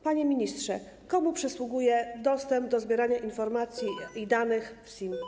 Panie ministrze, komu przysługuje dostęp do zbierania informacji i danych w SIM?